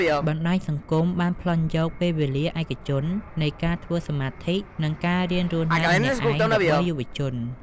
បណ្តាញសង្គមបានប្លន់យក "ពេលវេលាឯកជន" នៃការធ្វើសមាធិ និងការរៀនរស់នៅម្នាក់ឯងរបស់យុវជន។